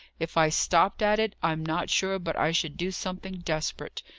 if i stopped at it, i'm not sure but i should do something desperate.